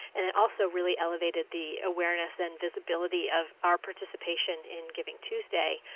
and it also really elevated the awareness and visibility of our participation in givingtuesday.